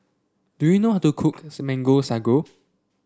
do you know how to cooks Mango Sago